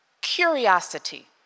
curiosity